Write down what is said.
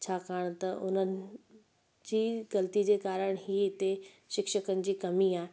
छाकाणि त उन्हनि जी ग़लती जे कारण ई हिते शिक्षकनि जी कमी आहे